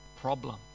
problem